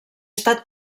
estat